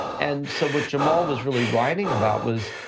and so what jamal was really writing about was,